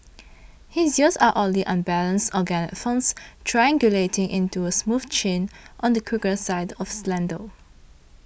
his ears are oddly unbalanced organic forms triangulating into a smooth chin on the quirkier side of slender